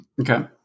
okay